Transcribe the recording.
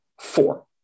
Four